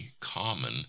common